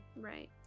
Right